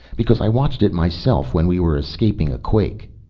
because i watched it myself when we were escaping a quake.